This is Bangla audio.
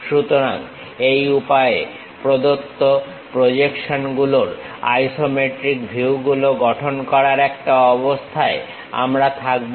সুতরাং এই উপায়ে প্রদত্ত প্রজেকশন গুলোর আইসোমেট্রিক ভিউগুলো গঠন করার একটা অবস্থায় আমরা থাকবো